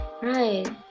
Right